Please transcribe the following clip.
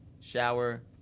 shower